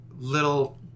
Little